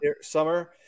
Summer